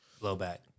blowback